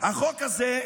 החוק הזה,